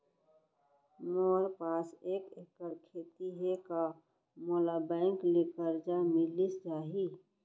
मोर पास एक एक्कड़ खेती हे का मोला बैंक ले करजा मिलिस जाही?